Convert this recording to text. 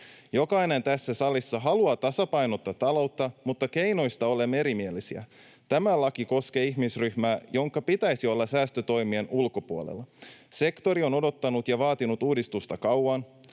Jokainen tässä salissa haluaa tasapainottaa taloutta, mutta keinoista olemme erimielisiä. Tämä laki koskee ihmisryhmää, jonka pitäisi olla säästötoimien ulkopuolella. Sektori on odottanut ja vaatinut uudistusta kauan,